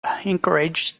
encouraged